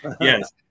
Yes